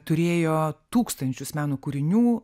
turėjo tūkstančius meno kūrinių